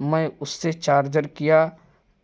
میں اس سے چارجر کیا